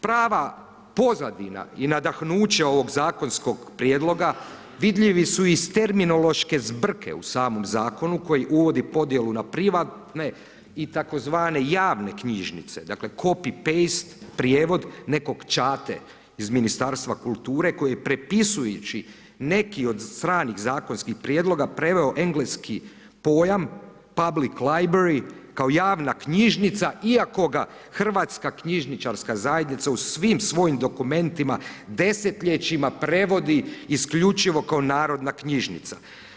Prava pozadina i nadahnuće ovog zakonskog prijedloga vidljivi su iz terminološke zbrke u samom zakonu koji uvodi podjelu na privatne i tzv. javne knjižnice, dakle copy paste prijevod nekog čate iz Ministarstva kulture koji prepisujući neki od stranih zakonskih prijedloga preveo engleski pojam public library kao javna knjižnica, iako ga hrvatska knjižničarska zajednica u svim svojim dokumentima desetljećima prevodi isključivo kao narodna knjižnica.